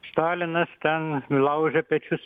stalinas ten laužia pečius